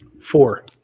four